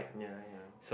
ya ya